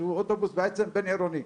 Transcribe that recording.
שהוא אוטובוס בעצם בין-עירוני.